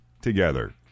together